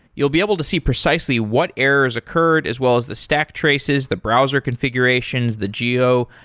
you'll be able to see precisely what errors occurred as well as the stack traces, the browser configurations, the geo,